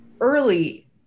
early